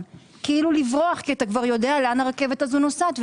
כאילו לברוח כי אתה כבר יודע לאן הרכבת הזו נוסעת,